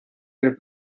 del